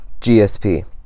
GSP